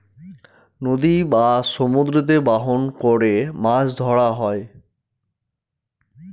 নদী বা সমুদ্রতে বাহন করে মাছ ধরা হয়